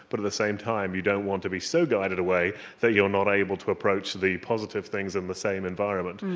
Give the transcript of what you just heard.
but at the same time you don't want to be so guided away that you're not able to approach the positive things in the same environment.